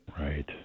Right